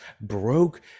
broke